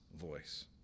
voice